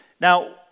Now